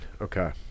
okay